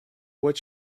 what